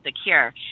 secure